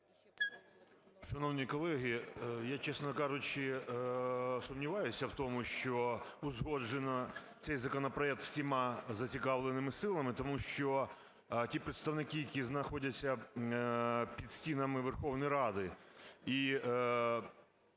Шановні колеги! Я, чесно кажучи, сумніваюсь в тому, що узгоджено цей законопроект всіма зацікавленими силами. Тому що ті представники, які знаходяться під стінами Верховної Ради,